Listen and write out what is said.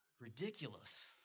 Ridiculous